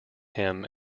him